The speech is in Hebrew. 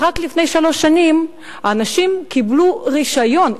ורק לפני שלוש שנים הנשים קיבלו רשיון,